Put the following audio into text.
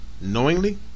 knowingly